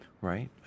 right